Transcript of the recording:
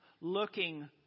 looking